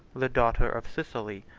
the daughter of sicily,